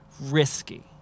risky